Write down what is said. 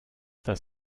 das